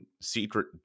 secret